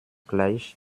gleich